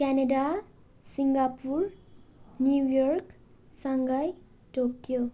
Canada Singapore New York Shanghai Tokyo